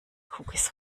cookies